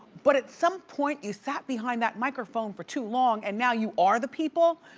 but at some point, you sat behind that microphone for too long and now you are the people.